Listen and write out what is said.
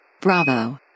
Bravo